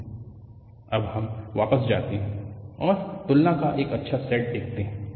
photoelastic appreciation of the severity of a crack अब हम वापस जाते हैं और तुलना का एक अच्छा सेट देखते हैं